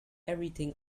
everything